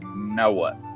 now what?